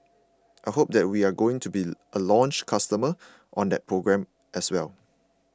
I hope that we're going to be a launch customer on that program as well